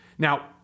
Now